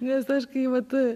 nes aš kai vat